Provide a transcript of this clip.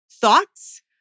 thoughts